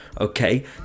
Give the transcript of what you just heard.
okay